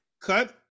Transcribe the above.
cut